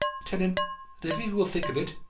tell him that if he will think of it,